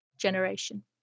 generation